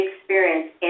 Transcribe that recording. experience